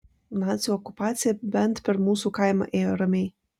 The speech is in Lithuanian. nacių okupacija bent per mūsų kaimą ėjo ramiai